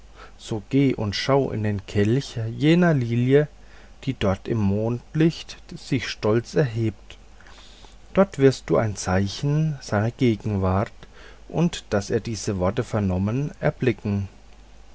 so geh und schau in den kelch jener lilie die dort im mondlichte sich stolz erhebt dort wirst du ein zeichen seiner gegenwart und daß er diese worte vernommen erblicken